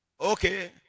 Okay